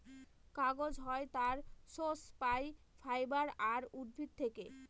কাগজ হয় তার সোর্স পাই ফাইবার আর উদ্ভিদ থেকে